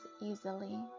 easily